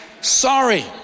sorry